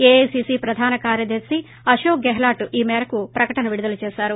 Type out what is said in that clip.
AICC ప్రధాన కార్యదర్పి అశోక్ గెహ్లాట్ ఈ మేరకు ప్రకటన విడుదల చేశారు